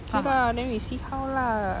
okay lah then we see how lah